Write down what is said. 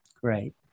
great